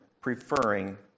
preferring